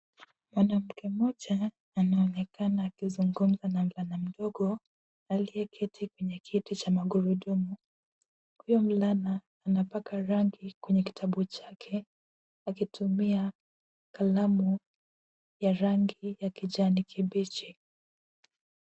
Mwanamke mmoja anaonekana akizungumza na mvulana mdogo aliyeketi kwenye kiti cha magurudumu. Huyu mvulana anapaka rangi kwenye kitabu chake akitumia kalamu ya rangi ya kijani kibichi.